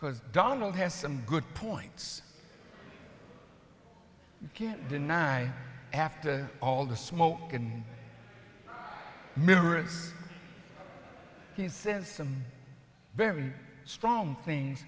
because donald has some good points you can't deny after all the smoke and mirrors he says some very strong things